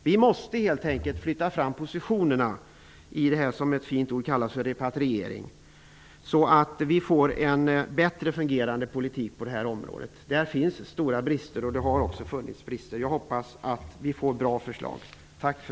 Vi måste helt enkelt flytta fram positionerna när det gäller den s.k. repatrieringen, så att vi får en bättre fungerande politik på detta område. Det har funnits, och finns fortfarande, stora brister på området. Men jag hoppas att vi får bra förslag här.